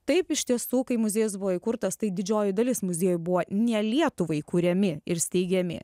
taip iš tiesų kai muziejus buvo įkurtas tai didžioji dalis muziejų buvo ne lietuvai kuriami ir steigiami